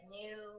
new